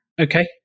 Okay